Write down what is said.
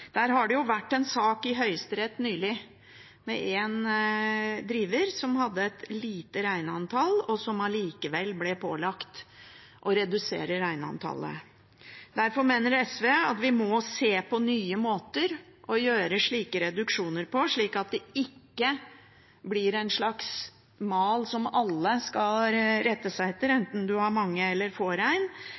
Der har det vært en sak i Høyesterett nylig med en driver som hadde et lite reinantall, og som allikevel ble pålagt å redusere reinantallet. Derfor mener SV at vi må se på nye måter å gjøre slike reduksjoner på, slik at det ikke blir en slags mal som alle skal rette seg etter enten man har mange eller få